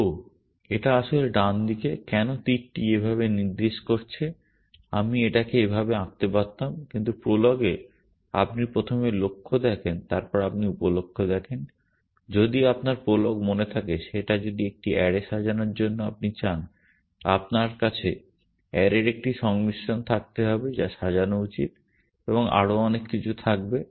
তো এটা আসলে ডান দিকে কেন তীরটি এভাবে নির্দেশ করছে আমি এটাকে এভাবে আঁকতে পারতাম কিন্তু প্রোলগে আপনি প্রথমে লক্ষ্য লেখেন তারপর আপনি উপলক্ষ্য লেখেন যদি আপনার প্রলগ মনে থাকে সেটা যদি একটি অ্যারে সাজানোর জন্য আপনি চান আপনার কাছে অ্যারের একটি সংমিশ্রণ থাকতে হবে যা সাজানো উচিত এবং আরও অনেক কিছু থাকবে